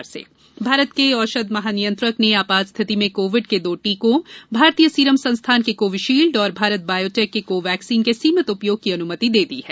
Covaxin अनुमति भारत के औषध महानियंत्रक ने आपात स्थिति में कोविड के दो टीकॉ भारतीय सीरम संस्थान के कोविशील्ड और भारत बायोटेक के कोवैक्सीन के सीमित उपयोग की अनुमति दे दी है